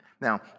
Now